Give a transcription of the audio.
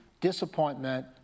disappointment